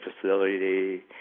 facility